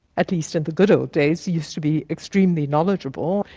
at least in the good old days used to be extremely knowledgeable.